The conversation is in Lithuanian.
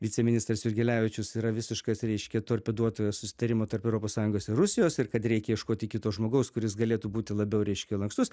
viceministras jurgelevičius yra visiškas reiškia torpeduotojas susitarimo tarp europos sąjungos ir rusijos ir kad reikia ieškoti kito žmogaus kuris galėtų būti labiau reiškia lankstus